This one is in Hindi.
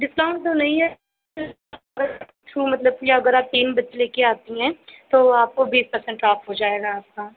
डिस्काउन्ट तो नहीं है अगर छू मतलब कि अगर आप तीन बच्चे लेके आती हैं तो आपको बीस पर्सेन्ट ऑफ़ हो जाएगा आपका